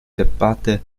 debatte